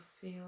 feel